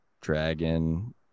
Dragon